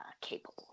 capable